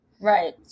Right